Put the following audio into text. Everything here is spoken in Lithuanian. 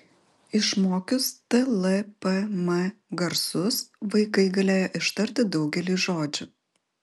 išmokius t l p m garsus vaikai galėjo ištarti daugelį žodžių